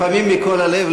לפעמים מכל הלב,